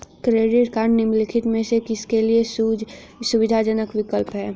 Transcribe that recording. Credit cards निम्नलिखित में से किसके लिए सुविधाजनक विकल्प हैं?